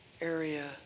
area